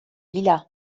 bila